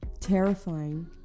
terrifying